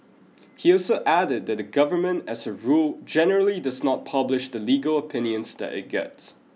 he also added that the government as a rule generally does not publish the legal opinions that it gets